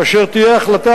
כאשר תהיה החלטה,